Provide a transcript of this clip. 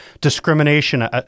Discrimination